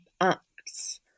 acts